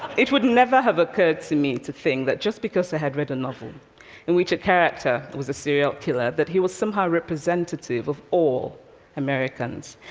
it would never have occurred to me to think that just because i had read a novel in which a character was a serial killer that he was somehow representative of all americans.